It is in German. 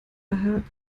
hat